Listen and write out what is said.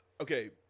okay